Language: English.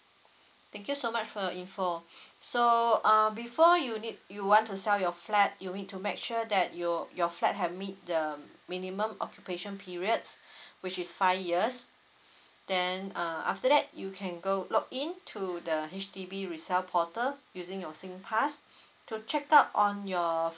thank you so much for your info so um before you need you want to sell your flat you need to make sure that your your flat have meet the minimum occupation periods which is five years then uh after that you can go login to the H_D_B resell portal using your singpass to check up on your